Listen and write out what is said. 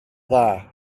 dda